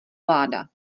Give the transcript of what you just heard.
vláda